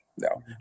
No